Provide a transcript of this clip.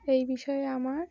এই বিষয়ে আমার